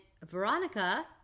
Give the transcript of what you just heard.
Veronica